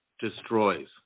destroys